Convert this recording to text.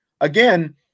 again